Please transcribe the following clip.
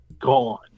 gone